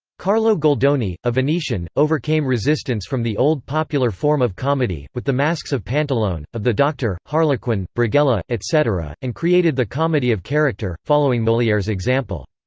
carlo goldoni, a venetian, overcame resistance from the old popular form of comedy, with the masks of pantalone, of the doctor, harlequin, brighella, etc, and created the comedy of character, following moliere's example.